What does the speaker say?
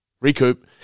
recoup